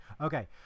okay